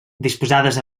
disposades